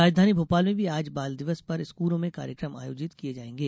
राजधानी भोपाल में भी आज बाल दिवस पर स्कूलों में कार्यक्रम आयोजित किये जायेंगे